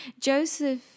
Joseph